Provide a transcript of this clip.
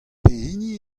pehini